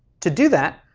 to do that,